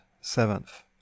seventh